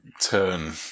turn